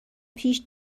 پیش